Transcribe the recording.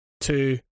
two